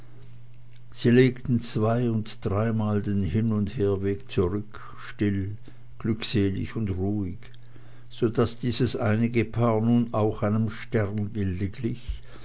sie legten zwei und dreimal den hin und herweg zurück still glückselig und ruhig so daß dieses einige paar nun auch einem